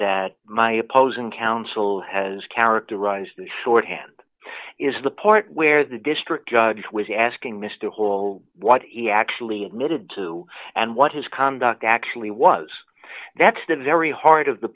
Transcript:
that my opposing counsel has characterized shorthand is the part where the district judge was asking mr whole what he actually admitted to and what his conduct actually was that's the very heart of the